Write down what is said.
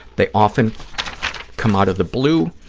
they often come out of the blue.